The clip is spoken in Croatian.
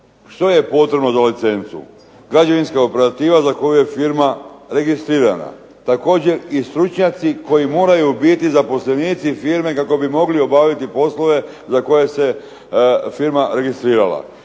što je potrebno za licencu. Građevinska operativa za koju je firma registrirana, također i stručnjaci koji moraju biti zaposlenici firme kako bi mogli obavljati poslove za koje se firma registrirala.